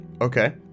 Okay